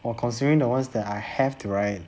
while considering the ones that I have to write